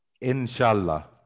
Inshallah